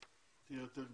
תהיה יותר גדולה.